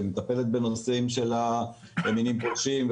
שמטפלת במינים פולשים,